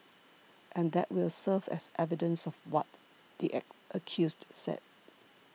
and that will serve as evidence of what the accused said